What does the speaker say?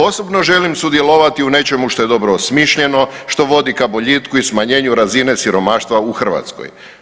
Osobno želim sudjelovati u nečemu što je dobro osmišljeno, što vodi ka boljitku i smanjenju razine siromaštva u Hrvatskoj.